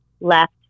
left